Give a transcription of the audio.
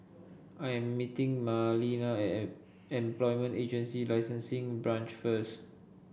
I am meeting Marlena at Employment Agency Licensing Branch first